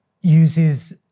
uses